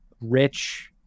rich